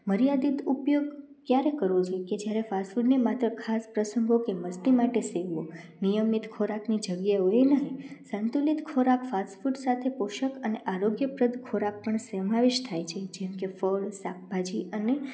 મર્યાદિત ઉપયોગ ક્યારે કરવો જોઈ કે જ્યારે ફાસ્ટફૂડને માત્ર ખાસ પ્રંસગો કે મસ્તી માટે સેવવો નિયમિત ખોરાકની જગ્યાએ હોય નહીં સંતુલિત ખોરાક ફાસ્ટફૂડ સાથે પોષક અને આરોગ્યપ્રદ ખોરાક પણ સમાવીશ થાય છે જેમકે ફળ શાકભાજી અને